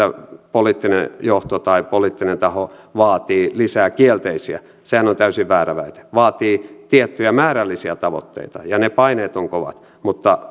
poliittinen johto tai poliittinen taho vaatii lisää kielteisiä sehän on täysin väärä väite vaatii tiettyjä määrällisiä tavoitteita ja ne paineet ovat kovat mutta